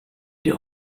die